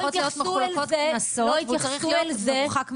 צריכות להיות מחולקות קנסות והוא צריך להיות מורחק מהמרפאה.